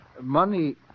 money